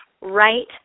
right